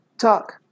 Talk